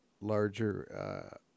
larger